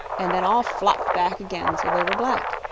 and then all flopped back again, so they were black.